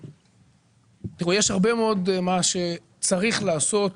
יש הרבה מאוד שצריך לעשות,